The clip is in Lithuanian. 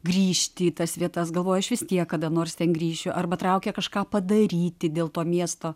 grįžti į tas vietas galvoju aš vis tiek kada nors ten grįšiu arba traukia kažką padaryti dėl to miesto